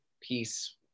peace